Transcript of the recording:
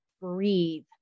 breathe